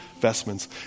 vestments